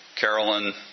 Carolyn